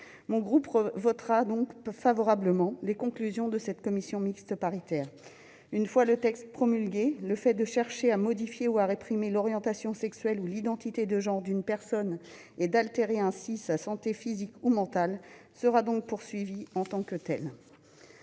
Mon groupe votera donc les conclusions de cette commission mixte paritaire. Une fois le texte promulgué, le fait de chercher à modifier ou à réprimer l'orientation sexuelle ou l'identité de genre d'une personne et d'altérer ainsi sa santé physique ou mentale, sera poursuivi en tant que tel.